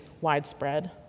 widespread